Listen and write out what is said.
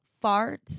fart